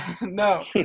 No